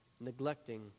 neglecting